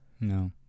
No